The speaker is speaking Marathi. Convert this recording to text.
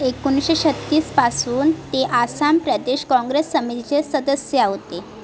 एकोणीसशे छत्तीसपासून ते आसाम प्रदेश काँग्रेस समितीचे सदस्य होते